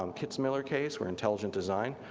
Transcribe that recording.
um kitzmiller case where intelligent design.